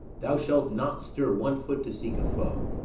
thou shalt not stir one foot to seek a foe.